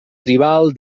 tribal